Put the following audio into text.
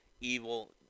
Evil